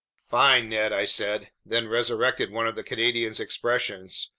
fine, ned, i said, then resurrected one of the canadian's expressions.